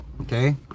okay